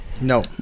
No